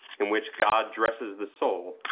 in which god dresses the soul,